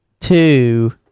Two